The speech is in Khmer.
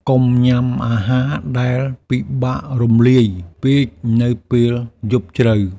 កុំញ៉ាំអាហារដែលពិបាករំលាយពេកនៅពេលយប់ជ្រៅ។